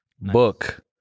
book